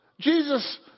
Jesus